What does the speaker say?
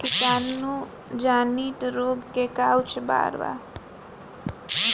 कीटाणु जनित रोग के का उपचार बा?